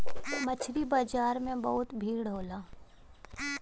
मछरी बाजार में बहुत भीड़ होला